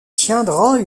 tiendra